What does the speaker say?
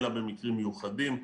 אלא במקרים מיוחדים.